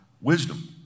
wisdom